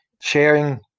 sharing